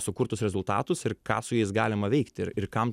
sukurtus rezultatus ir ką su jais galima veikti ir ir kam